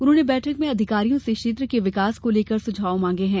उन्होंने बैठक में अधिकारियों से क्षेत्र के विकास को लेकर सुझाव मांगे हैं